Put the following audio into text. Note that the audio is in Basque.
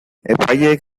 epaileek